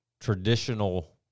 traditional